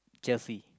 chelsea